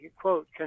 Quote